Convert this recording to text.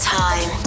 time